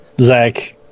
Zach